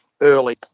early